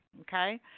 Okay